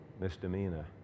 misdemeanor